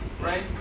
right